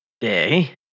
day